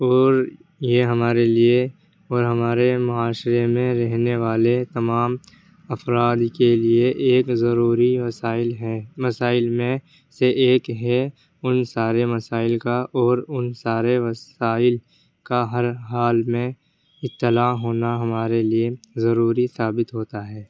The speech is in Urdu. اور یہ ہمارے لیے اور ہمارے معاشرے میں رہنے والے تمام افراد کے لیے ایک ضروری وسائل ہیں مسائل میں سے ایک ہے ان سارے مسائل کا اور ان سارے وسائل کا ہر حال میں اِطّلاع ہونا ہمارے لیے ضروری ثابت ہوتا ہے